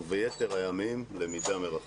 וביתר הימים למידה מרחוק.